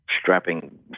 strapping